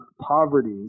poverty